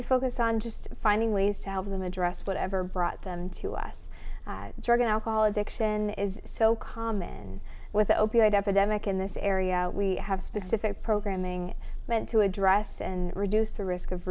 we focus on just finding ways to help them address whatever brought them to us drug and alcohol addiction is so common with opiate epidemic in this area we have specific programming meant to address and reduce the risk of